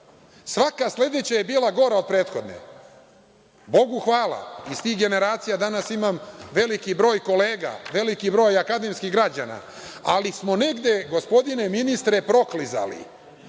Svaka sledeća je bila gora od prethodne. Bogu hvala, iz tih generacija danas imam veliki broj kolega, veliki broj akademskih građana, ali smo negde, gospodine ministre, proklizali. Došli